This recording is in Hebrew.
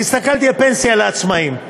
והסתכלתי על פנסיה לעצמאים.